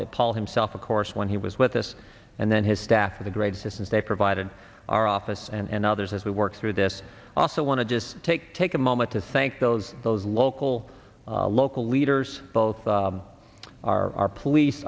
that paul himself of course when he was with us and then his staff or the great assistance they provided our office and others as we work through this i also want to just take take a moment to thank those those local local leaders both our police